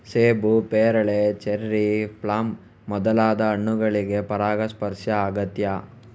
ಸೇಬು, ಪೇರಳೆ, cherry, plum ಮೊದಲಾದ ಹಣ್ಣುಗಳಿಗೆ ಪರಾಗಸ್ಪರ್ಶ ಅಗತ್ಯ